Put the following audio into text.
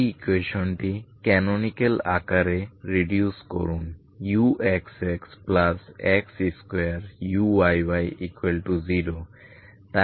এই ইকুয়েশনটি ক্যানোনিকাল আকারে রিডিউস করুন uxxx2uyy0